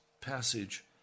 passage